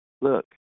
look